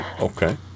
okay